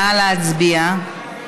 נא להצביע.